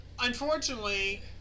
unfortunately